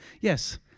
Yes